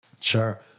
Sure